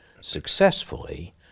successfully